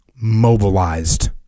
mobilized